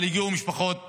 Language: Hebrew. אבל הגיעו משפחות החטופים.